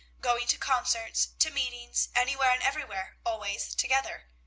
going to concerts, to meetings, anywhere and everywhere, always together.